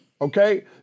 Okay